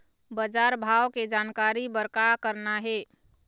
बजार भाव के जानकारी बर का करना हे?